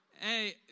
hey